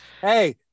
Hey